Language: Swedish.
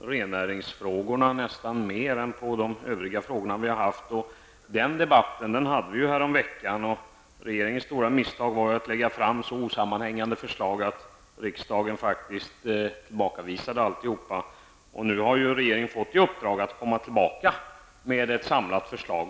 rennäringsfrågorna nästan mer än på de frågor vi har haft att behandla. Den debatten hade vi ju häromveckan. Regeringens stora misstag var att lägga fram så osammanhängande förslag att riksdagen tillbakavisade allt. Nu har regeringen fått i uppdrag att komma tillbaka med ett samlat förslag.